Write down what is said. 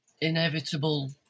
inevitable